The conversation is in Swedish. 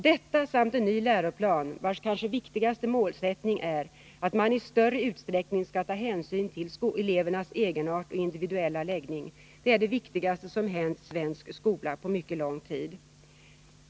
Detta samt en ny läroplan, vars kanske viktigaste målsättning är att man i större utsträckning skall ta hänsyn till elevernas egenart och individuella läggning, är det viktigaste som har hänt svensk skola på mycket lång tid.